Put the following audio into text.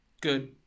good